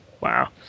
Wow